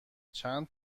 چند